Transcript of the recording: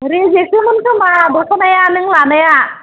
रेजेकसोमोन खोमा दख'नाया नों लानाया